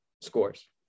scores